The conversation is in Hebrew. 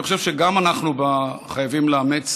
אני חושב שגם אנחנו חייבים לאמץ